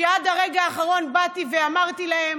שעד הרגע האחרון באתי ואמרתי להם,